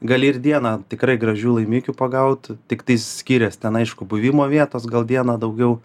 gali ir dieną tikrai gražių laimikių pagaut tiktais skirias ten aišku buvimo vietos gal dieną daugiau